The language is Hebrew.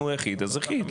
אם הוא יחיד אז יחיד.